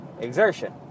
exertion